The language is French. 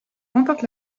remporte